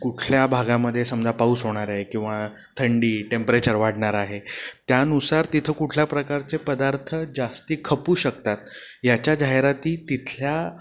कुठल्या भागामध्ये समजा पाऊस होणार आहे किंवा थंडी टेम्परेचर वाढणार आहे त्यानुसार तिथं कुठल्या प्रकारचे पदार्थ जास्ती खपू शकतात याच्या जाहिराती तिथल्या